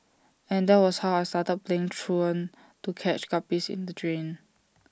and that was how I started playing truant to catch guppies in the drain